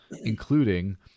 including